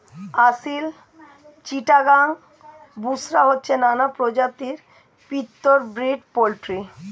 আসিল, চিটাগাং, বুশরা হচ্ছে নানা প্রজাতির পিওর ব্রিড পোল্ট্রি